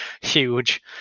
huge